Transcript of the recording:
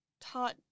taught